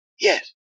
Yes